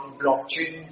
blockchain